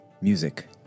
music